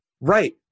Right